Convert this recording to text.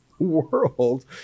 world